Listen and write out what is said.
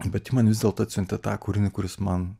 bet ji man vis dėlto atsiuntė tą kūrinį kuris man